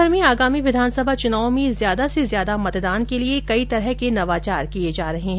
प्रदेशभर में आगामी विधानसभा चुनावों में ज्यादा से ज्यादा मतदान के लिए कई तरह के नवाचार किए जा रहे है